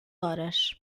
horas